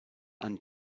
and